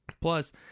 Plus